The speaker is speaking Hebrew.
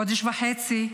חודש וחצי,